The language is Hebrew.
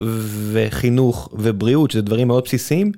וחינוך ובריאות שזה דברים מאוד בסיסיים.